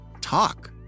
talk